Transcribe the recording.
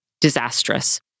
disastrous